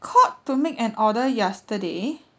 called to make an order yesterday